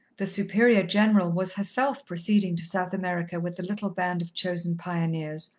the superior-general was herself proceeding to south america with the little band of chosen pioneers,